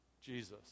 Jesus